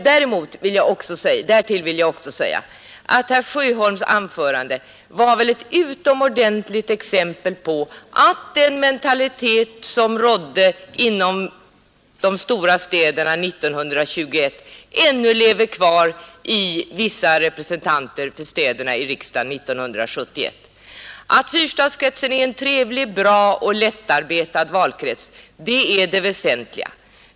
Därtill vill jag också säga att herr Sjöholms anförande var ett utomordentligt exempel på att den mentalitet som rådde inom de stora städerna år 1921 ännu lever kvar hos vissa representanter för städerna i riksdagen år 1971. Att fyrstadskretsen är en trevlig, bra och lättarbetad valkrets är tydligen det väsentliga.